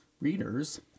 readers